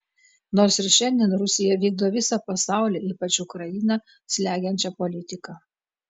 nors ir šiandien rusija vykdo visą pasaulį ypač ukrainą slegiančią politiką